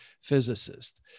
physicist